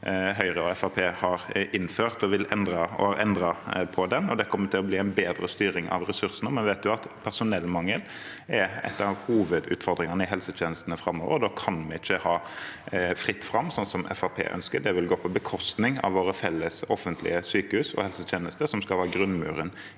har innført, og har endret på den. Det kommer til å bli en bedre styring av ressursene. Vi vet at personellmangel er en av hovedutfordringene i helsetjenestene framover. Da kan det ikke være fritt fram, slik som Fremskrittspartiet ønsker. Det vil gå på bekostning av våre felles offentlige sykehus og helsetjenester, som skal være grunnmuren i